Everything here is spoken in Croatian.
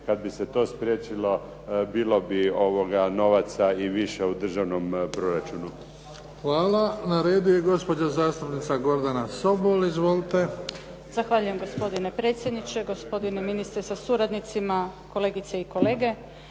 Kad bi se to spriječilo, bilo bi novaca i više u državnom proračunu. **Bebić, Luka (HDZ)** Hvala. Na redu je gospođa zastupnica Gordana Sobol. Izvolite. **Sobol, Gordana (SDP)** Zahvaljujem gospodine predsjedniče, gospodine ministre sa suradnicima, kolegice i kolege.